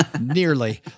Nearly